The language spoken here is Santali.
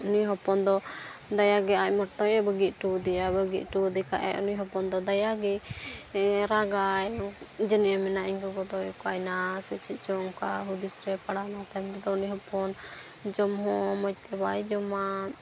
ᱩᱱᱤ ᱦᱚᱯᱚᱱ ᱫᱚ ᱫᱟᱭᱟ ᱜᱮ ᱟᱡ ᱢᱚᱛᱚᱭᱮ ᱵᱟᱹᱜᱤ ᱦᱚᱴᱚᱣᱟᱫᱮᱭᱟ ᱵᱟᱹᱜᱤ ᱦᱚᱴᱚ ᱟᱫᱮ ᱠᱷᱟᱱᱮ ᱩᱱᱤ ᱦᱚᱯᱚᱱ ᱫᱚ ᱫᱟᱭᱟᱜᱮ ᱨᱟᱜᱟᱭ ᱡᱟᱹᱱᱤᱡ ᱮ ᱢᱮᱱᱟ ᱤᱧ ᱜᱚᱜᱚ ᱫᱚᱭ ᱚᱠᱟᱭᱮᱱᱟ ᱥᱮ ᱪᱮᱫ ᱪᱚᱝ ᱚᱱᱠᱟ ᱦᱩᱫᱤᱥ ᱨᱮᱭ ᱯᱟᱲᱟᱣᱮᱱᱟ ᱛᱟᱭᱚᱢ ᱛᱮᱫᱚ ᱩᱱᱤ ᱦᱚᱯᱚᱱ ᱡᱚᱢ ᱦᱚᱸ ᱢᱚᱡᱽ ᱛᱮ ᱵᱟᱭ ᱡᱚᱢᱟ